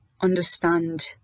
understand